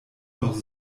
noch